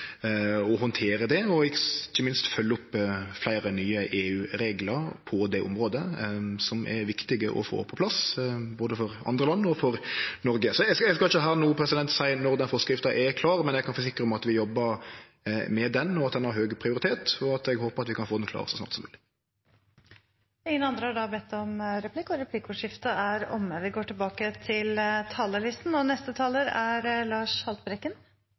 å handtere det og ikkje minst følgje opp fleire nye EU-reglar på det området som er viktig å få på plass både for andre land og Noreg. – Så eg skal ikkje her no seie når denne forskrifta er klar, men eg kan forsikre om at vi jobbar med ho og ho har høg prioritet, og at eg håpar at vi kan få ho klar så snart som mogleg. Replikkordskiftet er omme. De talere som heretter får ordet, har også en taletid på inntil 3 minutter. Som vi